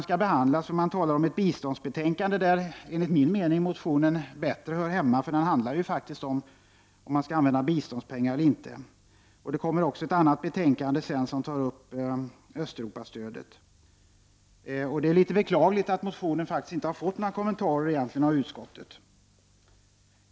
Man talar om ett biståndsbetänkande, där motionen enligt min mening bättre hör hemma, för den gäller faktiskt om vi skall använda biståndspengar eller inte. Det kommer också ett annat betänkande sedan som tar upp Östeuropastödet. Det är beklagligt att motionen egentligen inte har fått några kommentarer av utskottet.